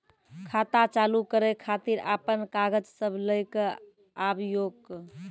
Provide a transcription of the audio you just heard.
खाता चालू करै खातिर आपन कागज सब लै कऽ आबयोक?